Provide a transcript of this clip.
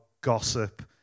gossip